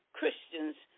Christians